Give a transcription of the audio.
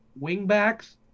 wingbacks